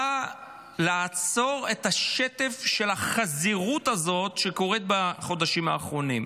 באה לעצור את השטף של החזירות הזאת שקורית בחודשים האחרונים.